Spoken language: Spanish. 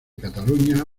cataluña